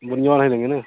बुनिया वाला नही लेंगे न